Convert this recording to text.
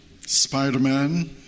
Spider-Man